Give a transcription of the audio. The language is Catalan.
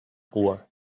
cua